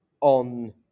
on